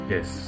Yes